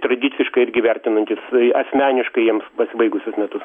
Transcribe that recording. tradiciškai irgi vertinantys asmeniškai jiems pasibaigusius metus